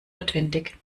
notwendig